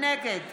נגד